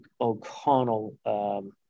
O'Connell